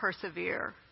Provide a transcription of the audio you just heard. persevere